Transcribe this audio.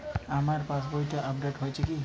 আমার পাশবইটা আপডেট হয়েছে কি?